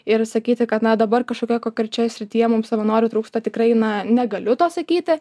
ir sakyti kad na dabar kažkokioj konkrečioj srityje mums savanorių trūksta tikrai na negaliu to sakyti